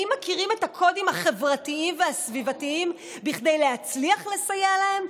האם מכירים את הקודים החברתיים והסביבתיים כדי להצליח לסייע להם?